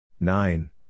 Nine